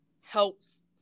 helps